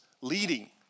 leading